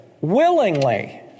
willingly